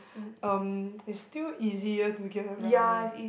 um it's still easier to get around lah